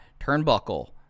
turnbuckle